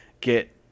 get